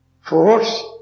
Force